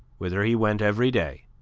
whither he went every day,